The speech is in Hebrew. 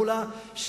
מולה,